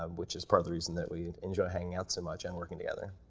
um which is probably the reason that we enjoy hanging out so much and working together.